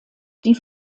die